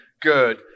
good